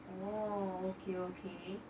orh okay okay